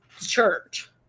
church